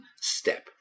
step